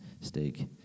Steak